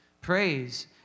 Praise